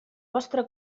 vostre